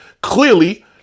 Clearly